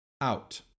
out